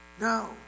No